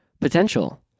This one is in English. potential